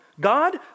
God